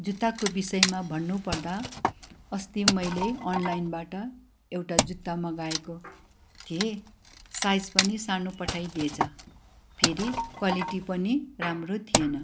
जुत्ताको बिषयमा भन्नुपर्दा अस्ति मैले अनलाइनबाट एउटा जुत्ता मगाएको थिएँ साइज पनि सानो पठाइदिएछ फेरि क्वालिटी पनि राम्रो थिएन